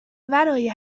ورای